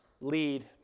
lead